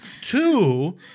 Two